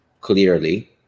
clearly